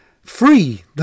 Free